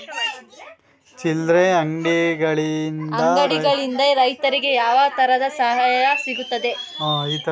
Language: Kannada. ಚಿಲ್ಲರೆ ಅಂಗಡಿಗಳಿಂದ ರೈತರಿಗೆ ಯಾವ ತರದ ಸಹಾಯ ಸಿಗ್ತದೆ?